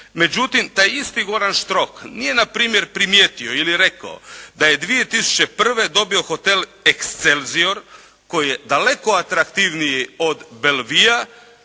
Međutim taj isti Goran Štrok nije na primjer primijetio ili rekao da je 2001. dobio hotel Excelsior koji je daleko atraktivniji od Belevue-a